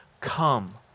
come